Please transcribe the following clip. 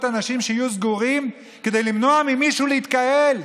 אנשים שיהיו סגורים כדי למנוע ממישהו להתקהל?